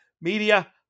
media